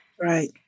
Right